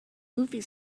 movie